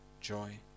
joy